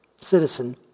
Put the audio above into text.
citizen